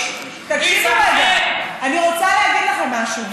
תקשיבו רגע, אני רוצה להגיד לכם משהו.